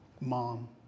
mom